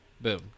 boom